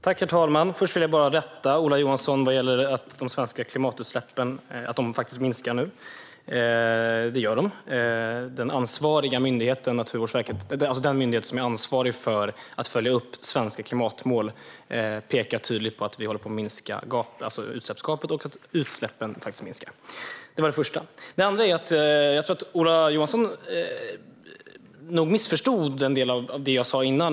Herr talman! För det första vill jag bara rätta Ola Johansson vad gäller att de svenska klimatutsläppen minskar. Det gör de faktiskt. Naturvårdsverket, den myndighet som är ansvarig för att följa upp svenska klimatmål, pekar tydligt på att vi håller på att minska utsläppsgapet och att utsläppen minskar. För det andra tror jag att Ola Johansson missförstod en del av det jag sa tidigare.